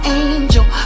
angel